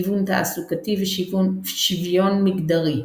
גיוון תעסוקתי ושוויון מגדרי.